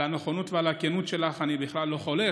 על הנכונות ועל הכנות שלך אני בכלל לא חולק,